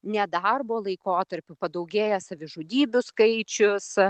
nedarbo laikotarpiu padaugėja savižudybių skaičius